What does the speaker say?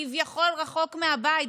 כביכול רחוק מהבית,